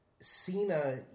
Cena